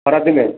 ଖରା ଦିନେ